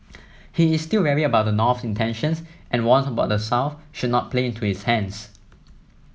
he is still wary about the North intentions and warns about South should not play into its hands